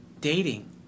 dating